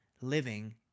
living